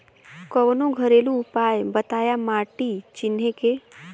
कवनो घरेलू उपाय बताया माटी चिन्हे के?